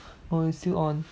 no it's still on